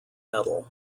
medal